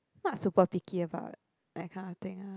not super picky about that kinda thing ah